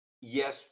yes